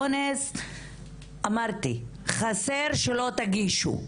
האונס אמרתי, חסר היה ולא הייתם מגישים.